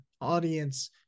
audience